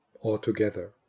altogether